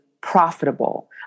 profitable